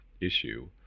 issue